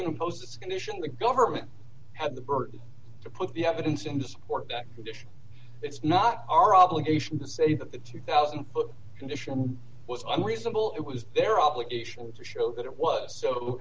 going posts condition the government have the burden to put the evidence in to support that position it's not our obligation to say that the two thousand foot condition was unreasonable it was their obligation to show that it was so